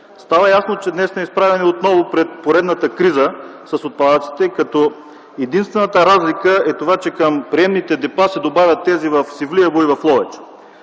Става ясно, че днес отново сме изправени пред поредната криза с отпадъците, като единствената разлика е, че към приемните депа се добавят тези в Севлиево и в Ловеч.